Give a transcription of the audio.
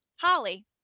Holly